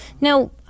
Now